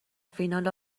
فینال